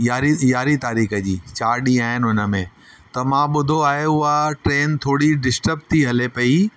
यारहीं यारहीं तारीख़ जी चारि ॾींहं आहिनि हुन में त मां ॿुधो आहे उहा ट्रेन थोरी डिस्टर्ब थी हले पेई